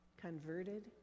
converted